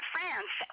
France